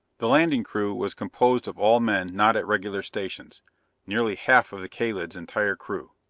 the landing crew was composed of all men not at regular stations nearly half of the kalid's entire crew.